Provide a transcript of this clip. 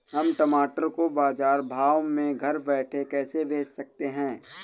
हम टमाटर को बाजार भाव में घर बैठे कैसे बेच सकते हैं?